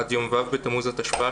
עד יום ו' בתמוז התשפ"א,